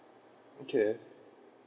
okay